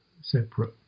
separate